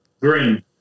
Green